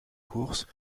course